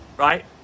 right